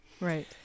Right